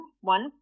one